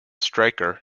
striker